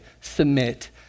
submit